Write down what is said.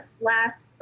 last